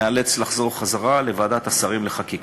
ניאלץ לחזור לוועדת שרים לחקיקה.